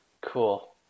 Cool